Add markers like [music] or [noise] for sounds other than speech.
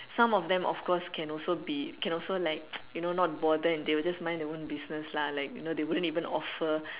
some of them of course can also be can also like [noise] you know not bothered and they will just mind their own business lah like you know they wouldn't even offer